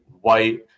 white